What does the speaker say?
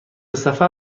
سفر